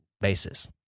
basis